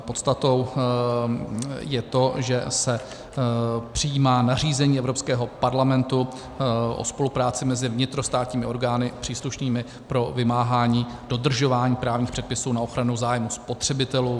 Podstatou je to, že se přijímá nařízení Evropského parlamentu o spolupráci mezi vnitrostátními orgány příslušnými pro vymáhání dodržování právních předpisů na ochranu zájmů spotřebitelů.